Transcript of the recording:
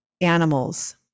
animals